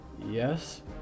Yes